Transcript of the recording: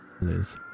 Liz